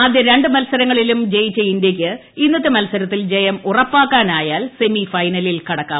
ആദ്യ രണ്ട് മത്സരങ്ങളിലും ജയിച്ച ഇന്ത്യയ്ക്ക് ഇന്നത്തെ മത്സരത്തിൽ ജയം ഉറപ്പാക്കാനായാൽ സെമി ഫൈനലിൽ കടക്കാം